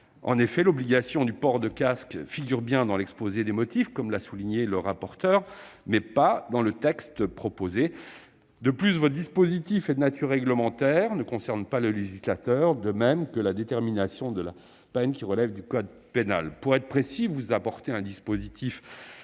En effet, l'obligation du port du casque figure bien dans l'exposé des motifs, comme l'a souligné le rapporteur, mais pas dans le texte lui-même. De plus, le dispositif est de nature réglementaire et ne concerne pas le législateur, sans compter que la détermination de la peine relève du code pénal. Vous proposez dans un second temps un dispositif